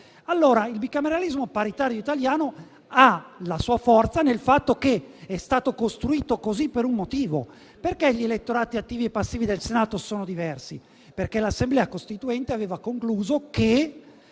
Il bicameralismo paritario italiano ha la sua forza nel fatto che è stato costruito così per un motivo. Perché gli elettorati attivi e passivi del Senato sono diversi? Perché l'Assemblea Costituente aveva concluso che